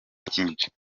byinshi